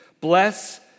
Bless